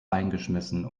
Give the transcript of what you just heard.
eingeschmissen